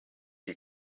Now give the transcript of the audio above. you